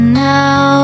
now